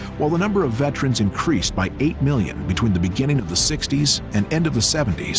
while the number of veterans increased by eight million between the beginning of the sixty s and end of the seventy s,